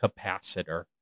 Capacitor